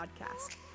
podcast